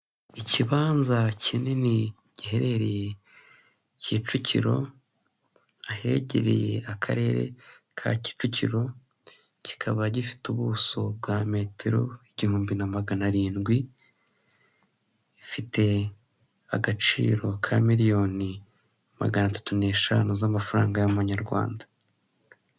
Ikibanza kinini giherereye Kicukiro ahegereye akarere ka Kicukiro kikaba gifite ubuso bwa metero igihumbi na magana arindwi ifite agaciro ka miliyoni maganatatu n'eshanu z'amafaranga y'amanyarwanda.